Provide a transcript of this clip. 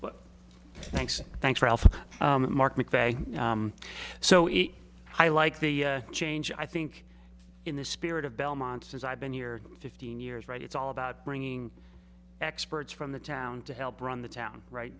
but thanks thanks ralph mark mcveigh so eight i like the change i think in the spirit of belmont since i've been here fifteen years right it's all about bringing experts from the town to help run the town right